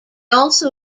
also